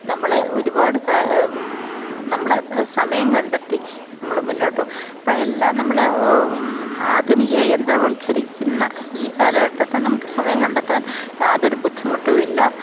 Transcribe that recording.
നമ്മളെ ഒരുപാട് കാ നമ്മൾ സമയം കണ്ടെത്തി നമ്മൾ മുന്നോട്ട് ഇപ്പം എല്ലാം നമ്മൾ ആധുനിക യന്ത്രവല്ക്കരിക്കുന്ന ഈ കാലഘട്ടത്തെ നമുക്ക് സമയം കണ്ടെത്താന് യാതൊരു ബുദ്ധിമുട്ടുമില്ല